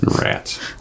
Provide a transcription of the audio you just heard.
Rats